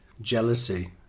jealousy